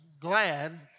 glad